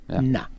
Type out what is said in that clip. No